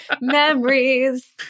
Memories